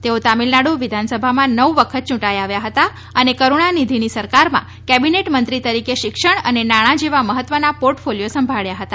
તેઓ તમીલનાડુ વિધાનસભામાં નવ વખત ચુંટાઇ આવ્યા હતા અને કરુણાનીધીની સરકારમાં કેબીનેટ મંત્રી તરીકે શિક્ષણ અને નાણાં જેવા મહત્વના પોર્ટફોલીયો સંભાળ્યા હતા